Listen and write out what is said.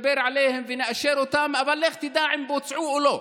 נדבר ונאשר אותם, אבל לך תדע אם הם בוצעו לא.